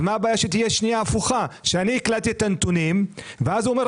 מה הבעיה שתהיה הפוכה שאני הקלדתי את הנתונים ואז הוא אומר,